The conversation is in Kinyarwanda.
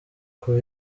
kuva